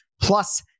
Plus